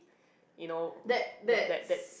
you know that that that